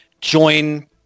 join